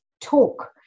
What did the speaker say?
talk